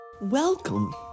Welcome